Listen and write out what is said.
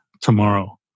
tomorrow